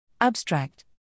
Abstract